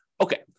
Okay